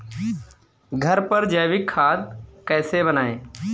घर पर जैविक खाद कैसे बनाएँ?